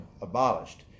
abolished